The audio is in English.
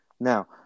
Now